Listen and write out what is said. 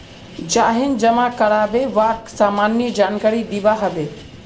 जाहें जमा कारबे वाक सामान्य जानकारी दिबा हबे